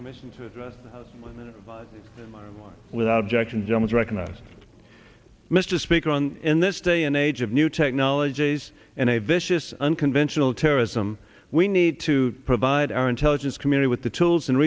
the mission to win this one without objection gemma's recognized mr speaker on in this day and age of new technologies and a vicious unconventional terrorism we need to provide our intelligence community with the tools and